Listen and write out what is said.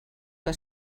que